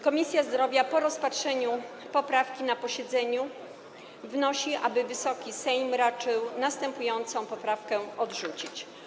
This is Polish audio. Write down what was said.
Komisja Zdrowia po rozpatrzeniu poprawki na posiedzeniu wnosi, aby Wysoki Sejm raczył wspomnianą poprawkę odrzucić.